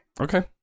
Okay